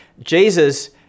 Jesus